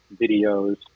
videos